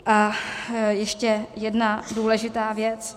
A ještě jedna důležitá věc.